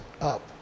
up